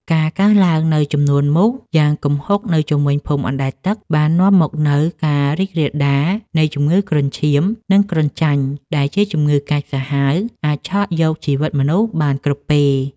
ការកើនឡើងនូវចំនួនមូសយ៉ាងគំហុកនៅជុំវិញភូមិអណ្តែតទឹក បាននាំមកនូវការរីករាលដាលនៃជំងឺគ្រុនឈាម និងគ្រុនចាញ់ ដែលជាជំងឺកាចសាហាវអាចឆក់យកជីវិតមនុស្សបានគ្រប់ពេល។